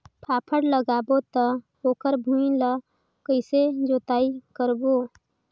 फाफण लगाबो ता ओकर भुईं ला कइसे जोताई करबो?